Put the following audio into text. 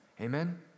Amen